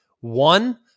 One